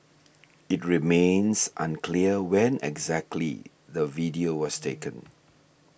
it remains unclear when exactly the video was taken